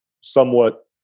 somewhat